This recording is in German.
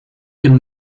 dem